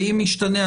ואם ישתנה,